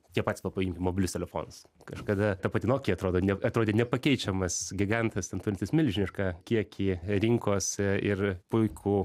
tie patys va paimkim mobilus telefonus kažkada ta pati nokia atrodo neatrodė nepakeičiamas gigantas ten turintis milžinišką kiekį rinkos ir puikų